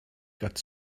got